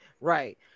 Right